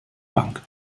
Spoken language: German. bank